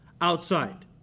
outside